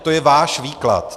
To je váš výklad.